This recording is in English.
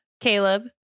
Caleb